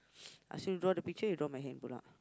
ask you draw the picture you draw my hand